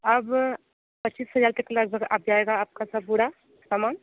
अब पच्चीस हज़ार तक लगभग अब जाएगा आपका सब पूरा सामान